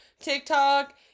TikTok